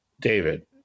David